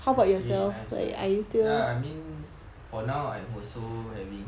I see nice nice ya I mean for now I'm also having